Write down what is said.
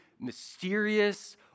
mysterious